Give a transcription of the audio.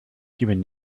human